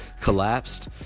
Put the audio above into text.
collapsed